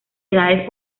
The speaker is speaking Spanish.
edades